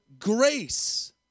Grace